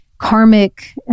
karmic